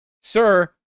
Sir